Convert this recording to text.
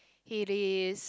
he is